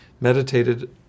meditated